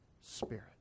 spirit